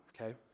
okay